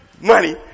money